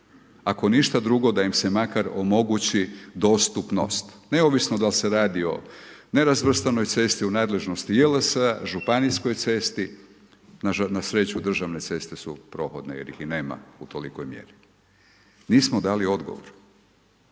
ako ništa drugo, da im se makar omogući dostupnost. Neovisno dal se radi o nerazvrstanoj cesti u nadležnosti jedinica lokalne samouprave, županijskoj cesti, na sreću, državne ceste su prohodne jer ih i nema u tolikoj mjeri. Nismo dali odgovor.